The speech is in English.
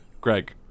Greg